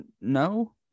No